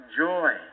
joy